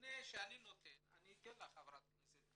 לפני שאני נותן, אני אתן לך חברת הכנסת.